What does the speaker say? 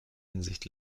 hinsicht